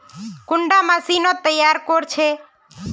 कुंडा मशीनोत तैयार कोर छै?